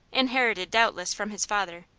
inherited doubtless from his father,